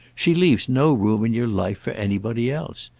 she leaves no room in your life for anybody else.